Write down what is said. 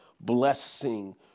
blessing